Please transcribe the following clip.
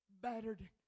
battered